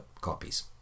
copies